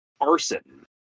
Arson